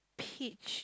peach